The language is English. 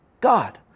God